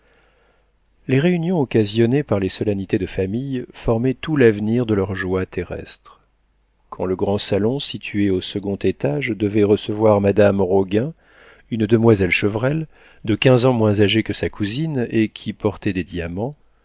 les réunions occasionnées par les solennités de famille formaient tout l'avenir de leurs joies terrestres quand le grand salon situé au second étage devait recevoir madame roguin une demoiselle chevrel de quinze ans moins âgée que sa cousine et qui portait des diamants